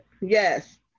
Yes